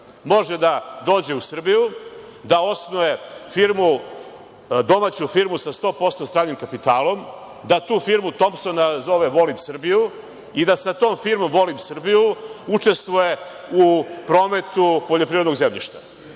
može da dođe u Srbiju, da osnuje firmu sa 100% stranim kapitalom, da tu firmu Tompson nazove „Volim Srbiju“ i da sa tom firmom „Volim Srbiju“ učestvuje u prometu poljoprivrednog zemljišta.